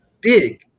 big